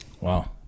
Wow